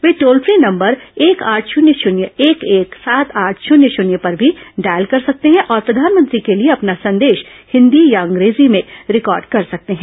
वे toll free number एक आठ शुन्य शुन्य एक एक सात आठ शुन्य शुन्य पर भी डायल कर सकते हैं और प्रधानमंत्री के लिए अपना संदेश हिन्दी या अंग्रेजी में रिकॉर्ड कर सकते हैं